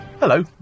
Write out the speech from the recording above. Hello